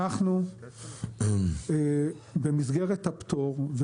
במסגרת הפטור,